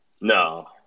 No